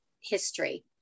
history